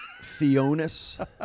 Theonis